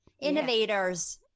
Innovators